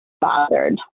bothered